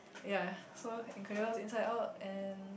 ya so Incredibles Inside-Out and